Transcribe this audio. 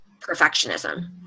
perfectionism